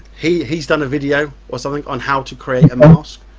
he's he's done a video or something on how to create a mask.